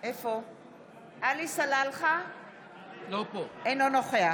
אינו נוכח